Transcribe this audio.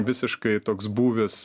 visiškai toks būvis